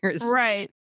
right